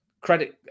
credit